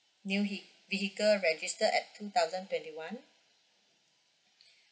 new ve~ vehicle registered at two thousand twenty one